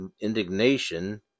indignation